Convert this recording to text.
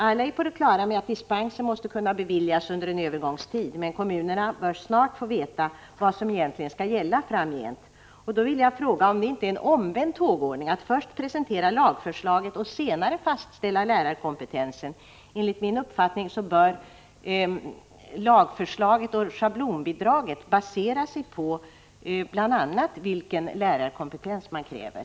Alla är på det klara med att dispenser måste kunna beviljas under en övergångstid, men kommunerna bör snart få veta vad som skall gälla framgent. Jag vill fråga om det inte är en omvänd tågordning att först presentera lagförslaget och senare fastställa lärarkompetensen. Enligt min uppfattning bör lagförslaget och schablonbidraget basera sig på bl.a. vilken lärarkompetens man kräver.